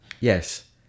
Yes